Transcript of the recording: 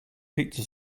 pizza